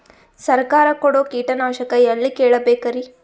ಸರಕಾರ ಕೊಡೋ ಕೀಟನಾಶಕ ಎಳ್ಳಿ ಕೇಳ ಬೇಕರಿ?